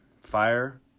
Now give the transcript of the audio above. fire